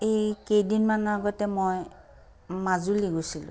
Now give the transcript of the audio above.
এই কেইদিনমানৰ আগতে মই মাজুলী গৈছিলোঁ